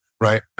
right